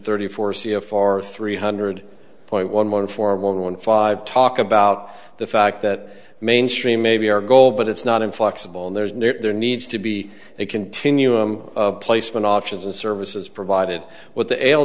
thirty four c f r three hundred point one one four one one five talk about the fact that mainstream may be our goal but it's not inflexible and there's no there needs to be a continuum of placement options and services provided what the l